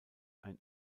ein